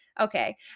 okay